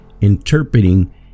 interpreting